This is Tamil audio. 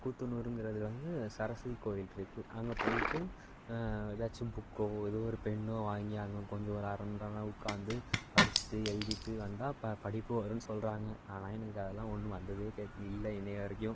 கூத்தனூருங்கிறது வந்து சரஸ்வதி கோவில் இருக்குது அங்கே போய்ட்டு ஏதாச்சும் புக்கோ ஏதோ ஒரு பென்னோ வாங்கி அங்கே கொஞ்சம் ஒரு அரமணி நேரம் உக்கார்ந்து படிச்சுட்டு எழுதிவிட்டு வந்தால் ப படிப்பு வரும்ன்னு சொல்கிறாங்க ஆனால் எனக்கு அதெல்லாம் ஒன்றும் வந்ததே கே இல்லை இன்றைய வரைக்கும்